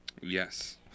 Yes